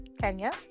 Kenya